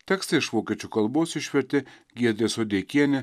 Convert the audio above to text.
tekstą iš vokiečių kalbos išvertė giedrė sodeikienė